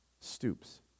stoops